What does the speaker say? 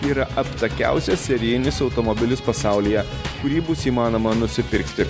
yra aptakiausias serijinis automobilis pasaulyje kurį bus įmanoma nusipirkti